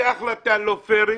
זה החלטה לא פיירית,